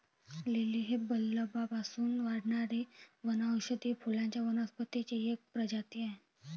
lily ही बल्बपासून वाढणारी वनौषधी फुलांच्या वनस्पतींची एक प्रजाती आहे